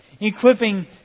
equipping